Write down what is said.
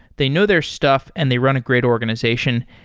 they know their stuff and they run a great organization.